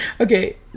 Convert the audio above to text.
okay